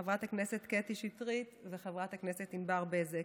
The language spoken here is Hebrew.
חברת הכנסת קטי שטרית וחברת הכנסת ענבר בזק.